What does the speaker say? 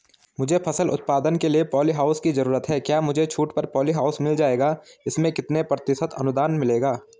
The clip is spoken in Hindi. मुझे फसल उत्पादन के लिए प ॉलीहाउस की जरूरत है क्या मुझे छूट पर पॉलीहाउस मिल जाएगा इसमें कितने प्रतिशत अनुदान मिलेगा?